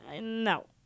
no